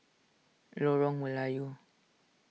Lorong Melayu